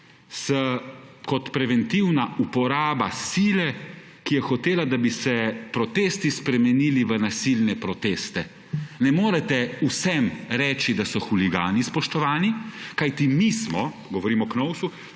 s, kot preventivna uporaba sile, ki je hotela, da bi se protesti spremenili v nasilne proteste. Ne morete vsem reči, da so huligani, spoštovani, kajti mi smo, govorim o KNOVS-u,